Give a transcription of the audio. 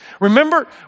Remember